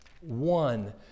One